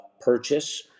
purchase